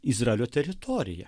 izraelio teritorija